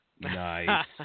Nice